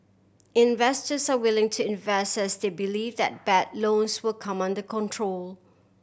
investors are willing to invest as they believe that bad loans will come under control